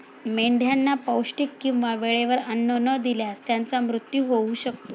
मेंढ्यांना पौष्टिक किंवा वेळेवर अन्न न दिल्यास त्यांचा मृत्यू होऊ शकतो